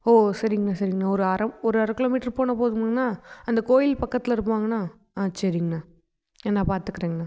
ஓ சரிங்கண்ணா சரிங்கண்ணா ஒரு அரை ஒரு அரை கிலோ மீட்ரு போனால் போதுமாங்கண்ணா அந்த கோயில் பக்கத்தில் இருப்பாங்கண்ணா ஆ சரிங்கண்ணா நான் பார்த்துக்கிறேங்கண்ணா